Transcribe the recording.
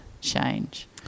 change